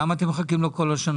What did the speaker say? למה אתם מחכים לו כל השנה?